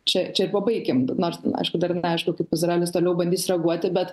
čia čia ir pabaikim nors aišku dar neaišku kaip izraelis toliau bandys reaguoti bet